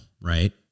right